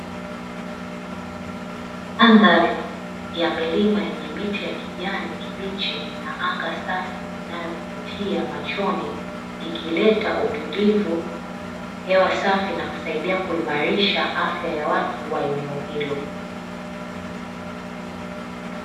Madhari ya milima ya miti ya kijani kibichi na anga safi linalovitia machoni ikileta utulivu, hewa safi na kusaidia kuimarisha afya ya watu wa eneo hilo.